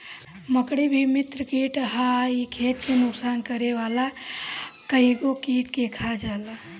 मकड़ी भी मित्र कीट हअ इ खेत के नुकसान करे वाला कइगो कीट के खा जाला